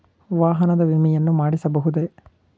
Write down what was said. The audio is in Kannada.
ವಾಹನದ ವಿಮೆಯನ್ನು ಮಾಡಿಸಬಹುದೇ?